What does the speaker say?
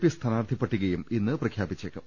P സ്ഥാനാർത്ഥി പട്ടികയും ഇന്ന് പ്രഖ്യാപിച്ചേ ക്കും